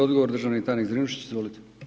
Odgovor državni tajnik Zrinušić, izvolite.